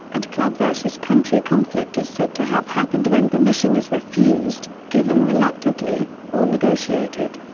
and club versus country conflict is said to have happened when permission is refused, given reluctantly, or negotiated.